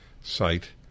site